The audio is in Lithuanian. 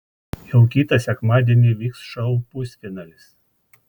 jau kitą sekmadienį vyks šou pusfinalis